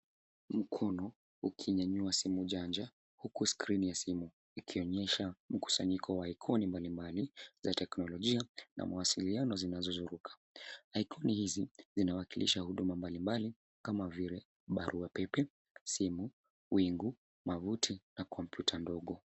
Mkono ukinyanyua simu janja huku skrini ya simu ikionyesha mkusanyiko wa ikoni mbalimbali za teknolojia na mawasiliano zinazozunguka. Ikoni hizi zinawakilisha huduma mbalimbali kama vile barua pepe, simu, mawingu na kompyuta ndogo.